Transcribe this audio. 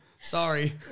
Sorry